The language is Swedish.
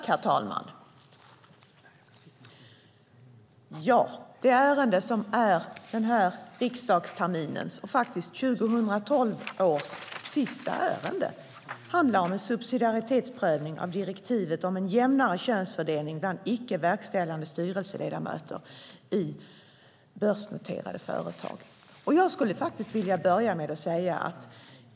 Herr talman! Det ärende som är den här riksdagsterminens och faktiskt 2012 års sista ärende handlar om en subsidiaritetsprövning av direktivet om en jämnare könsfördelning bland icke verkställande styrelseledamöter i börsnoterade företag. Jag skulle vilja börja med att säga en sak.